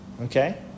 Okay